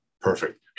Perfect